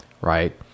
right